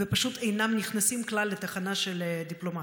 ופשוט אינם נכנסים כלל לתחנה של דיפלומט.